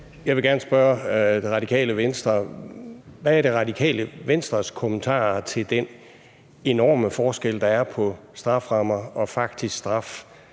Jeg vil gerne spørge Det Radikale Venstre: Hvad er Det Radikale Venstres kommentar til den enorme forskel, der er på strafferammer og faktisk straf?